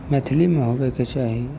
मैथिलीमे होबैके चाही